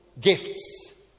gifts